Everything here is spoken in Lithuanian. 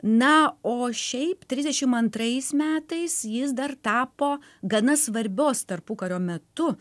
na o šiaip trisdešim antrais metais jis dar tapo gana svarbios tarpukario metu